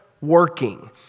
working